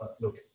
look